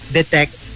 detect